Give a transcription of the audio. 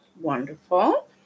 Wonderful